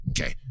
Okay